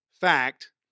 fact